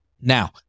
Now